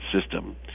system